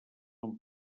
han